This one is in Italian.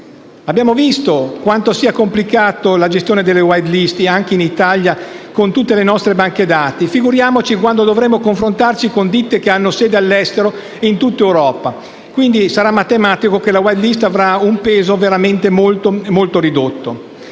Abbiamo visto quanto sia complicata la gestione delle *white list* anche in Italia con tutte le nostre banche dati, figuriamoci quando dovremo confrontarci con ditte che hanno sede all'estero, in tutta Europa. Quindi sarà matematico che la *white list* avrà un peso veramente molto ridotto.